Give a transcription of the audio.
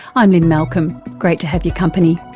i'm lynne malcolm, great to have your company,